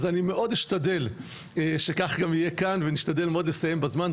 אז אני מאוד אשתדל שכך גם יהיה כאן ונשתדל מאוד לסיים בזמן,